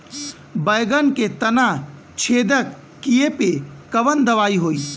बैगन के तना छेदक कियेपे कवन दवाई होई?